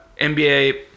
NBA